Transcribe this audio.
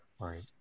Right